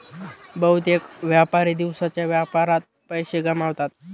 बहुतेक व्यापारी दिवसाच्या व्यापारात पैसे गमावतात